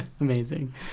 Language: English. amazing